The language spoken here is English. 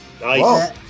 Nice